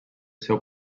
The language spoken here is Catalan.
seu